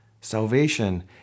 Salvation